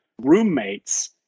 roommates